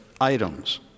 items